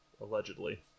allegedly